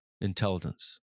intelligence